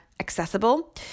accessible